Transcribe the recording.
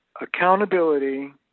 Accountability